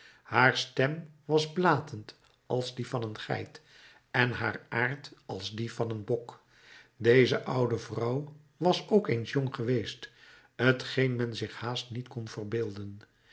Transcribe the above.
haar stem was blatend als die van een geit en haar aard als die van een bok deze oude vrouw was ook eens jong geweest t geen men zich haast niet kon verbeelden